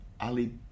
Ali